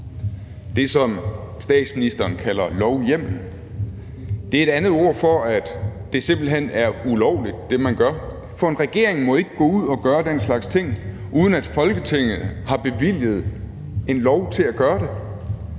Det, som statsministeren kalder lovhjemmel, er et andet ord for, at det simpelt hen er ulovligt, hvad man gør, for en regering må ikke gå ud at gøre den slags ting, uden at Folketinget har bevilget en lov til at gøre det.